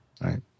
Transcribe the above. Right